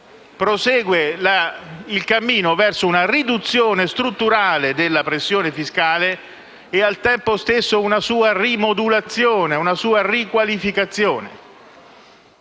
prosegue il cammino verso una riduzione strutturale della pressione fiscale e al tempo stesso una sua rimodulazione e riqualificazione.